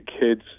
kids